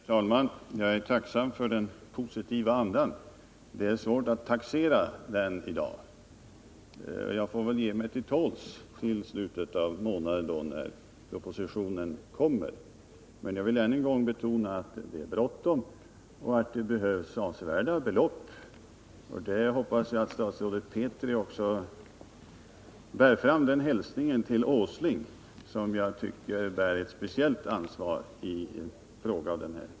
Herr talman! Jag är tacksam för den positiva andan. Det är dock svårt att taxera den i dag. Jag får väl ge mig till tåls till slutet av månaden när propositionen kommer. Men jag vill ännu en gång betona att det är bråttom och att det behövs avsevärda belopp. Jag hoppas att statsrådet Petri också bär fram den hälsningen till Nils Åsling, som jag tycker bär ett speciellt ansvar i denna fråga.